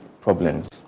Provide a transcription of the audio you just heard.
problems